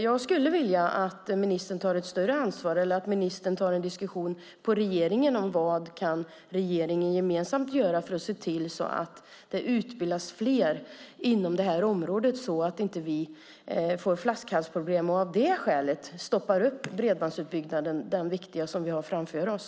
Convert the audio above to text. Jag skulle vilja att ministern tog ett större ansvar eller en diskussion inom regeringen om vad regeringen gemensamt kan göra för att se till det utbildas fler inom detta område så att vi inte får flaskhalsproblem och av det skälet stoppar upp den viktiga utbyggnad som vi har framför oss.